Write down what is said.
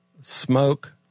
smoke